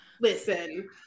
Listen